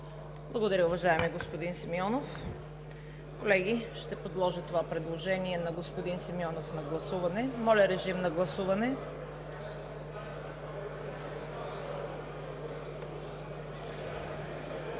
Благодаря, уважаеми господин Симеонов. Колеги, ще подложа предложението на господин Симеонов на гласуване. Гласували